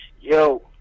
Yo